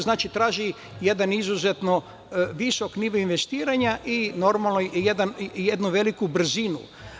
Znači, traži jedan izuzetno visok nivo investiranja i jednu veliku brzinu.